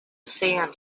sand